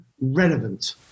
relevant